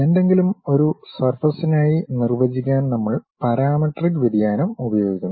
എന്തെങ്കിലും ഒരു സർഫസ്മായി നിർവചിക്കാൻ നമ്മൾ പാരാമെട്രിക് വ്യതിയാനം ഉപയോഗിക്കുന്നു